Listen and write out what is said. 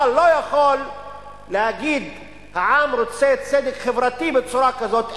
אתה לא יכול להגיד "העם רוצה צדק חברתי" בצורה כזאת,